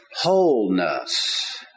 wholeness